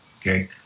okay